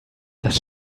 das